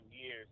years